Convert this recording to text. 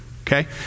Okay